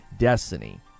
Destiny